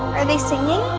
are they singing?